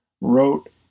wrote